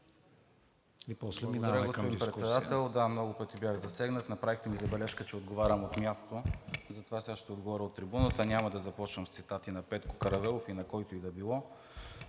И после минаваме към дискусия.